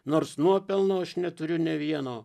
nors nuopelnų aš neturiu nė vieno